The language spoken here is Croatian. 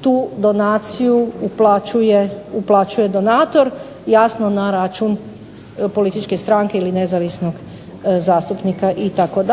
tu donaciju uplaćuje donator jasno na račun političke stranke ili nezavisnog zastupnika itd.